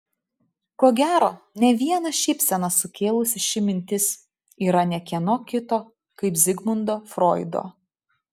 ko gero ne vieną šypseną sukėlusi ši mintis yra ne kieno kito kaip zigmundo froido